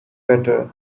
better